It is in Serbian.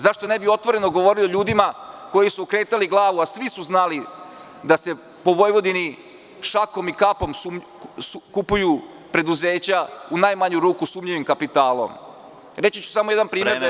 Zašto ne bi otvoreno govorili o ljudima koji su okretali glavu, a svi su znali da se po Vojvodini šakom i kapom kupuju preduzeća u najmanju ruku sa sumnjivim kapitalom? (Predsedavajući: Vreme, molim vas.) Odmah ću završiti.